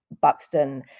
Buxton